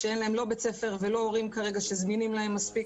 כשאין להם לא בית ספר ולא הורים כרגע שזמינים להם מספיק.